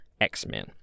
X-Men